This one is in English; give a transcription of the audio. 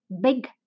big